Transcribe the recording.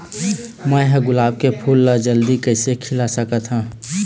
मैं ह गुलाब के फूल ला जल्दी कइसे खिला सकथ हा?